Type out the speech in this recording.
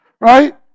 right